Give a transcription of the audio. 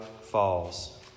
falls